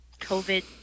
COVID